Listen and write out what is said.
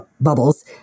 bubbles